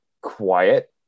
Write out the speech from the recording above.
quiet